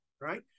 right